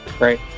Right